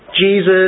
Jesus